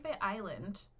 Island